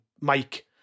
Mike